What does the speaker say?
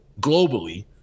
globally